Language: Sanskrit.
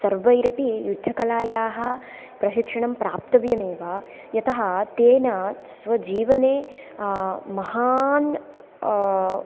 सर्वैरपि युद्धकलायाः प्रशिक्षणं प्राप्तव्यमेव यतः तेन स्वजीवने महान्